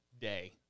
day